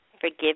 Forgive